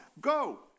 go